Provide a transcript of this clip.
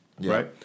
right